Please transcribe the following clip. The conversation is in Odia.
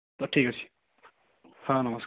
ତ ଠିକ୍ ଅଛି ହଁ ନମସ୍କାର